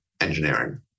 engineering